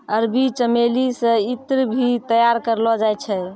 अरबी चमेली से ईत्र भी तैयार करलो जाय छै